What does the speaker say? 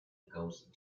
ghost